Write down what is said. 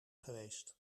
geweest